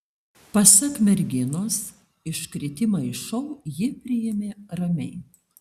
pasak merginos iškritimą iš šou ji priėmė ramiai